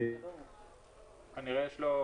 מאלה:".